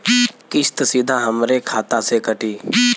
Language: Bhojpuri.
किस्त सीधा हमरे खाता से कटी?